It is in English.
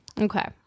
okay